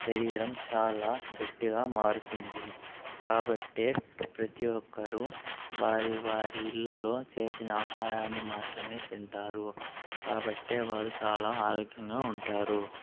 శరీరం చాలా గట్టిగా మారుతుంది కాబట్టే ప్రతి ఒక్కరూ వారి వారి ఇళ్ళలో చేసిన ఆహారాన్ని మాత్రమే తింటారు కాబట్టే వారు చాలా ఆరోగ్యంగా ఉంటారు